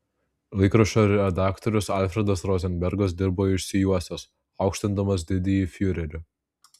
laikraščio redaktorius alfredas rozenbergas dirbo išsijuosęs aukštindamas didįjį fiurerį